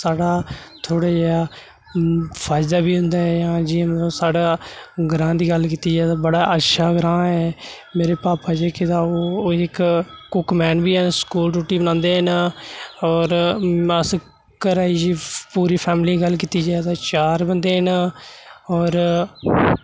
साढ़ा थोह्ड़ा जेहा फायदा बी होंदा ऐ जि'यां मतलब साढ़ा ग्रांऽ दी गल्ल कीती जाए तां बड़ा अच्छा ग्रांऽ ऐ मेरे भापा जेह्के तां ओह् ओह् इक कुकमैन बी हैन स्कूल रुट्टी बनांदे न और अस घरै दी जी पूरी फैमली दी गल्ल कीती जा ते अस चार बंदे न और